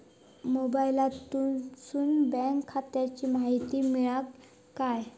मोबाईलातसून बँक खात्याची माहिती मेळतली काय?